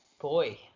boy